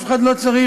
אף אחד לא צריך,